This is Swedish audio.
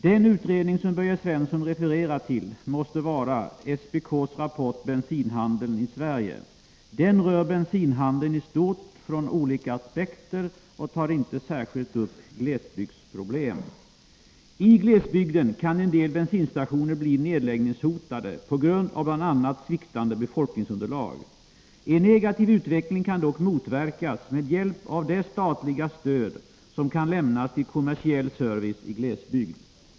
Den utredning som Börje Svensson refererar till måste vara SPK:s rapport Bensinhandeln i Sverige. Den rör bensinhandeln i stort från olika aspekter och tar inte särskilt upp glesbygdsproblem. I glesbygden kan en del bensinstationer bli nedläggningshotade på grund av bl.a. sviktande befolkningsunderlag. En negativ utveckling kan dock motverkas med hjälp av det statliga stöd som kan lämnas till kommersiell service i glesbygd.